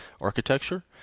architecture